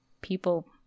people